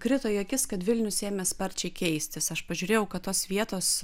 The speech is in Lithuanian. krito į akis kad vilnius ėmė sparčiai keistis aš pažiūrėjau kad tos vietos